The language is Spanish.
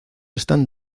están